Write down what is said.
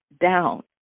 down